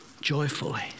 joyfully